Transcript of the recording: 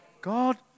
God